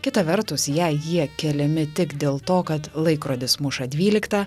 kita vertus jei jie keliami tik dėl to kad laikrodis muša dvyliktą